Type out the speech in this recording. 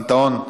פנתהון,